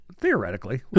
theoretically